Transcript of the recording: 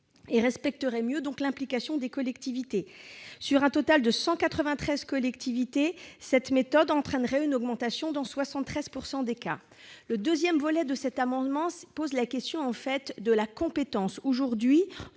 et respecteraient mieux l'implication des collectivités. Sur un total de 193 collectivités, cette méthode entraînerait une augmentation de la redevance dans 173 cas. Le deuxième volet de cet amendement aborde la question de la compétence. Depuis